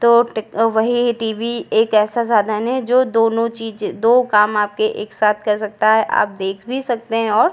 तो टेक वही टी वी एक ऐसा साधन है जो दोनों चीज़ें दो काम आपके एक साथ कर सकता है आप देख भी सकते हैं और